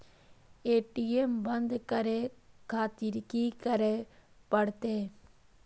ATM बंद करें खातिर की करें परतें?